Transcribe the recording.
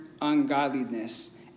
ungodliness